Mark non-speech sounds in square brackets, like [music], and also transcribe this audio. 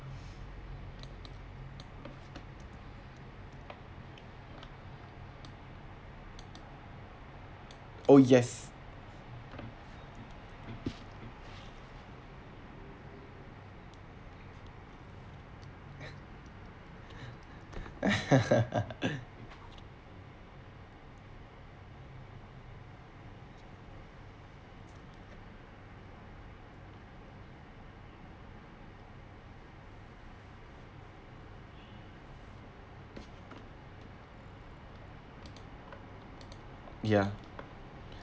oh yes [laughs] ya